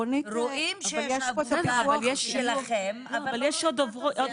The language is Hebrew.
רואים שיש עבודה שלכם, אבל לא רואים תוצאות.